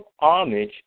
homage